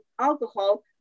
alcohol